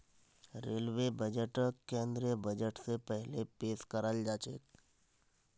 railway बजटक केंद्रीय budget स पहिले पेश कराल जाछेक